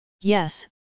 Yes